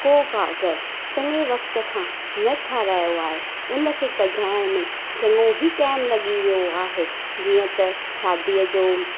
को काग़रु चङे वक़्त खां न ठारायो आहे उनखे कढाइण में चङो ई टाइम लॻी वियो आहे जीअं त शादीअ जो